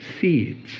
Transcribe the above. seeds